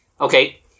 Okay